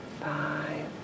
five